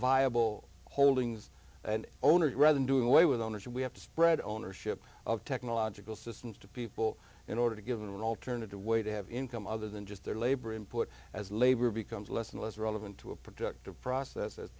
viable holdings and owners rather than doing away with owners and we have to spread ownership of technological systems to people in order to give them an alternative way to have income other than just their labor input as labor becomes less and less relevant to a productive process as